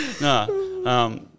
No